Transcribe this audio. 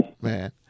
Man